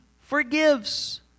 forgives